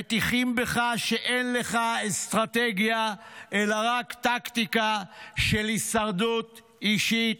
מטיחים בך שאין לך אסטרטגיה אלא רק טקטיקה של הישרדות אישית,